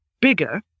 bigger